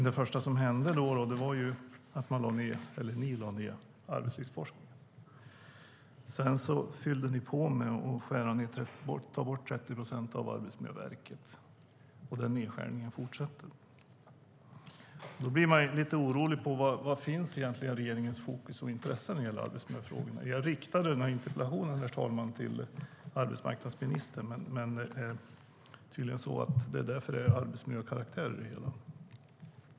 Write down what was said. Det första som hände var att ni lade ned arbetslivsforskningen. Sedan fyllde ni på med att ta bort 30 procent av Arbetsmiljöverket, och den nedskärningen fortsätter. Då blir man lite orolig och undrar var regeringens fokus och intresse när det gäller arbetsmiljöfrågorna egentligen finns. Jag riktade interpellationen till arbetsmarknadsministern, för det här är frågor av arbetsmiljökaraktär.